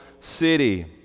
city